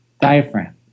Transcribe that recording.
diaphragm